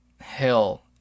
Hell